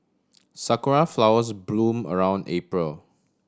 sakura flowers bloom around April